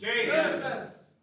Jesus